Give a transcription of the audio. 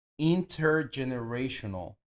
intergenerational